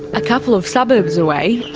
a couple of suburbs away,